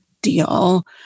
deal